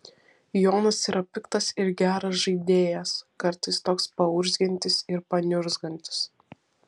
jonas yra piktas ir geras žaidėjas kartais toks paurzgiantis ir paniurzgantis